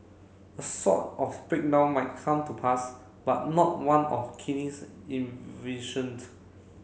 a sort of breakdown might come to pass but not one of Keynes envisioned